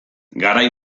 garai